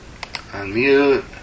unmute